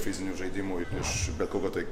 fiziniam žaidimui prieš bet kokią tai